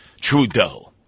Trudeau